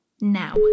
now